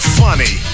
funny